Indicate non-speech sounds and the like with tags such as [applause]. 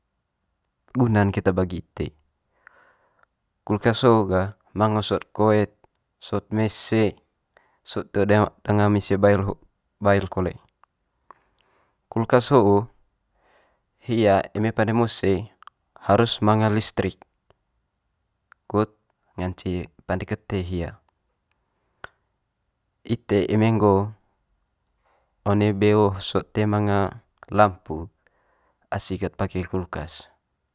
Guna'n keta bagi ite. Kulkas ho'o ga manga sot koe'd, sot mese, sot toe da- danga mese bail [unintelligible] bail kole. Kulkas ho'o hia eme pande mose harus manga listrik kut ngance pande kete hia ite eme nggo one beo sot toe manga lampu asi kat pake kulkas.